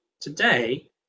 today